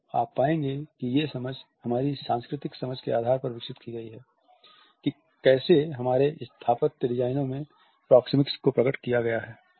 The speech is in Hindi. तो आप पाएंगे कि ये समझ हमारी सांस्कृतिक समझ के आधार पर विकसित की गई है कि कैसे हमारे स्थापत्य डिजाइनों में प्रोक्सेमिक्स को प्रकट किया गया है